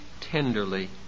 tenderly